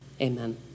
Amen